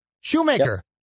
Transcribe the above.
Shoemaker